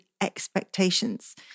expectations